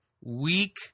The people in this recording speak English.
weak